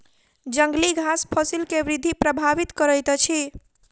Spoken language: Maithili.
जंगली घास फसिल के वृद्धि प्रभावित करैत अछि